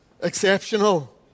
Exceptional